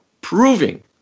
proving